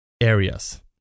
areas